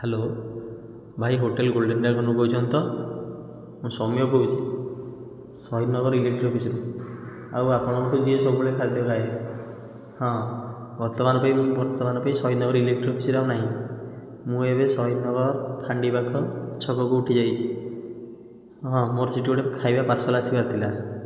hello ଭାଇ hotel golden ଡାଇମଣ୍ଡରୁ କହୁଛନ୍ତି ତ ମୁଁ ସୋମ୍ୟ କହୁଛି ଶହୀଦନଗର ଇଲେକ୍ଟ୍ରିକ୍ ଅଫିସରୁ ଆଉ ଆପଣଙ୍କଠୁ ଯିଏ ସବୁବେଳେ ଖାଦ୍ୟ ଖାଏ ହଁ ବର୍ତ୍ତମନ ପାଇଁ ମୁଁ ବର୍ତ୍ତମାନ ପାଇଁ ଶହୀଦନଗର ଇଲେକ୍ଟ୍ରିକ୍ ଅଫିସରେ ଆଉ ନାହିଁ ମୁଁ ଏବେ ଶହୀଦନଗର ଫାଣ୍ଡି ପାଖ ଛକକୁ ଉଠିଯାଇଛି ହଁ ମୋର ସେଇଠି ଗୋଟେ ଖାଇବା ପାର୍ସଲ ଆସିବାର ଥିଲା